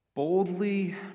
Boldly